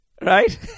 Right